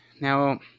Now